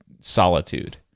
solitude